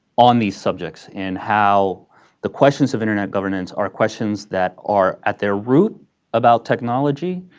on these subjects and how the questions of internet governance are questions that are at their root about technology,